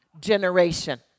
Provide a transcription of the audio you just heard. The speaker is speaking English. generation